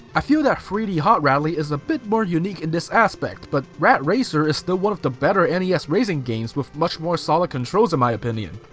i feel that three d hot rally is a bit more unique in this aspect, but rad racer is still one of the better nes racing games with much more solid controls my opinion.